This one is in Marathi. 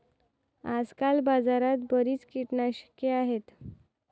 आजकाल बाजारात बरीच कीटकनाशके आहेत